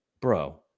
bro